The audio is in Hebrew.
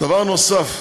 דבר נוסף,